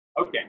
Okay